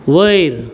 वयर